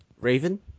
Raven